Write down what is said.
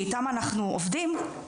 שאיתם אנחנו עובדים,